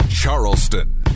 Charleston